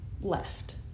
left